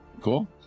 Cool